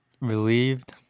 Relieved